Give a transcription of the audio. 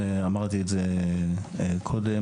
אמרתי את זה קודם,